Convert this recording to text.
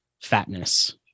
fatness